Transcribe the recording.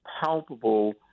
palpable